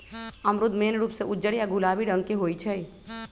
अमरूद मेन रूप से उज्जर या गुलाबी रंग के होई छई